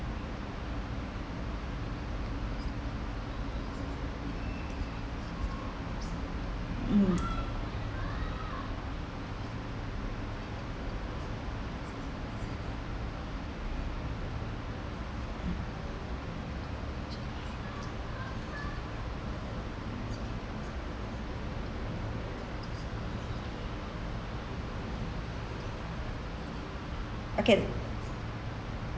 hmm okay